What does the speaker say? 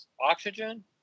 Oxygen